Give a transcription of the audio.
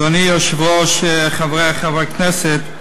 אדוני היושב-ראש, חברי חברי הכנסת,